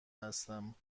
هستم